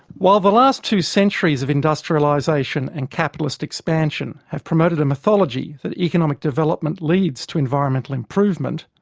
while the last two centuries of industrialisation and capitalist expansion have promoted a mythology that economic development leads to environmental improvement,